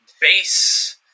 base